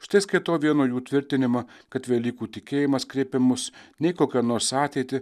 štai skaitau vieno jų tvirtinimą kad velykų tikėjimas kreipia mus ne į kokią nors ateitį